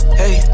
hey